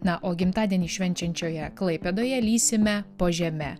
na o gimtadienį švenčiančioje klaipėdoje lįsime po žeme